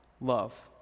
love